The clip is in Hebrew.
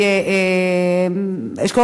אשכול,